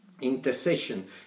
intercession